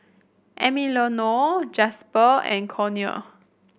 Emiliano Jasper and Conor